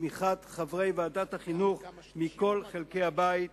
ובתמיכת חברי ועדת החינוך מכל חלקי הבית,